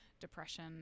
depression